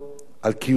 על קיומו,